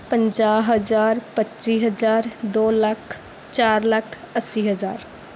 ਪੰਜਾਹ ਹਜ਼ਾਰ ਪੱਚੀ ਹਜ਼ਾਰ ਦੋ ਲੱਖ ਚਾਰ ਲੱਖ ਅੱਸੀ ਹਜ਼ਾਰ